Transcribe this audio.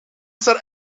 zal